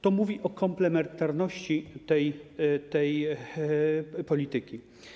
To mówi o komplementarności tej polityki.